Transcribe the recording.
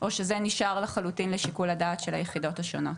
או שזה נשאר לחלוטין לשיקול של היחידות השונות.